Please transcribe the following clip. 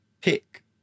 pick